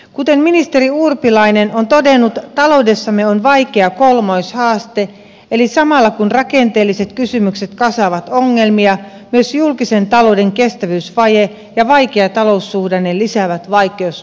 kuten ministeri urpilainen on todennut taloudessamme on vaikea kolmoishaaste eli samalla kun rakenteelliset kysymykset kasaavat ongelmia myös julkisen talouden kestävyysvaje ja vaikea taloussuhdanne lisäävät vaikeuskerrointa